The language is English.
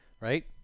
Right